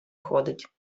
ходить